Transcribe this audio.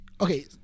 okay